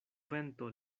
vento